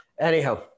Anyhow